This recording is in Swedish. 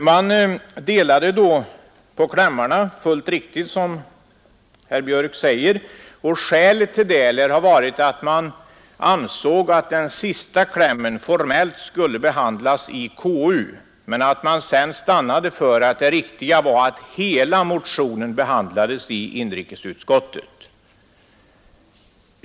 Man delade då på klämmarna — det är fullt riktigt som herr Björk säger. Skälet till det lär ha varit att man ansåg att den sista klämmen formellt skulle behandlas i KU, men att man sedan stannade för att det riktiga var att hela motionen behandlades i inrikesutskottet.